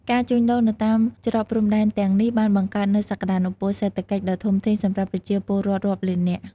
ការជួញដូរនៅតាមច្រកព្រំដែនទាំងនេះបានបង្កើតនូវ សក្តានុពលសេដ្ឋកិច្ចដ៏ធំធេង សម្រាប់ប្រជាពលរដ្ឋរាប់លាននាក់។